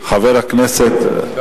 חבר הכנסת,